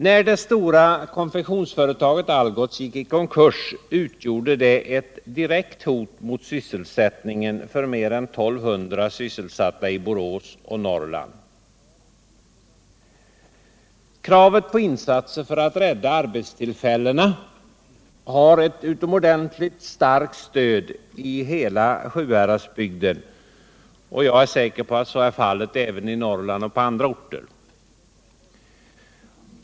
När det stora konfektionsföretaget Algots gick i konkurs utgjorde det ett direkt hot mot sysselsättningen för mer än 1 200 sysselsatta i Borås och Norrland. Kravet på insatser för att rädda arbetstillfällena har ett utomordentligt starkt stöd i hela Sjuhäradsbygden, och jag är säker på att så är fallet även i Norrland och på andra håll.